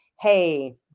Hey